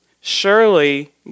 Surely